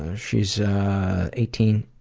ah she's eighteen,